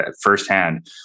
firsthand